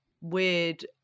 weird